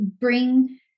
bring